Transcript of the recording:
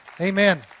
Amen